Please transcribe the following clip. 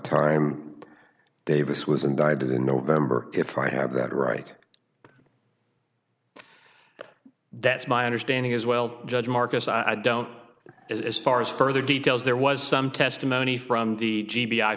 time davis was indicted in november if i have that right that's my understanding as well judge marcus i don't know as far as further details there was some testimony from the g